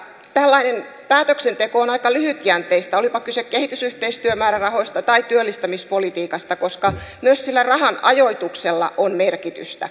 tällainen päätöksenteko on aika lyhytjänteistä olipa kyse kehitysyhteistyömäärärahoista tai työllistämispolitiikasta koska myös sillä rahan ajoituksella on merkitystä